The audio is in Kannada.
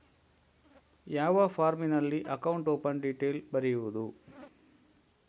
ಯಾವ ಫಾರ್ಮಿನಲ್ಲಿ ಅಕೌಂಟ್ ಓಪನ್ ಡೀಟೇಲ್ ಬರೆಯುವುದು?